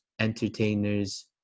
entertainers